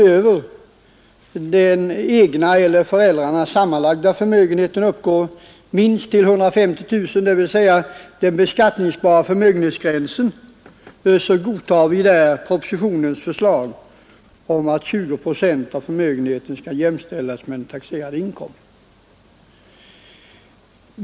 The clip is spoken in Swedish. När den egna eller föräldrarnas sammanlagda förmögenhet uppgår till minst 150 000 kronor — dvs. gränsen för beskattningsbar förmögenhet — godtar vi propositionens förslag om att en femtedel av förmögenheten skall jämställas med den taxerade inkomsten.